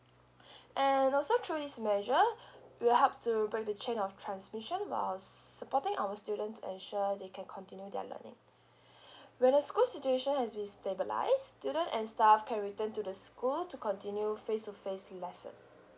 and also through this measure we'll help to break the chain of transmission while supporting our student to ensure they can continue their learning when the school's situation has been stabilised student and staff can return to the school to continue face to face lesson